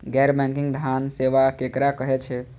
गैर बैंकिंग धान सेवा केकरा कहे छे?